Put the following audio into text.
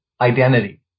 identity